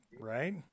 right